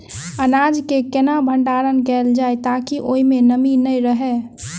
अनाज केँ केना भण्डारण कैल जाए ताकि ओई मै नमी नै रहै?